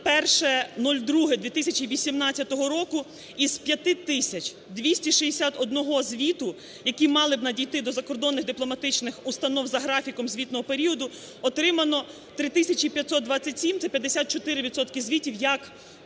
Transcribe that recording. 01.02.2018 року із 5 тисяч 261 звіту, які мали б надійти до закордонних дипломатичних установ за графіком звітного періоду, отримано 3 тисячі 527 - це 54 відсотків